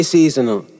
Seasonal